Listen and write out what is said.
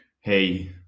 hey